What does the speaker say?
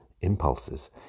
impulses